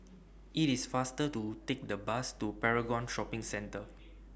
IT IS faster to Take The Bus to Paragon Shopping Centre